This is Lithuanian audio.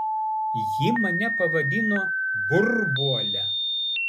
ji mane pavadino burbuole